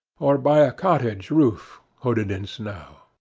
or by a cottage roof hooded in snow.